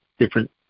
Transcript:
different